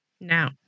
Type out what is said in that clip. Now